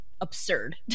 absurd